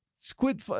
Squid